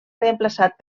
reemplaçat